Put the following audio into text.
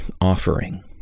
offering